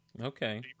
Okay